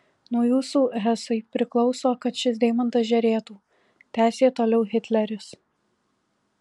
nuo jūsų hesai priklauso kad šis deimantas žėrėtų tęsė toliau hitleris